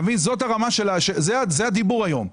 זה הדיבור היום.